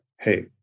hey